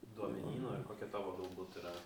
duomenynu ar kokia tavo galbūt yra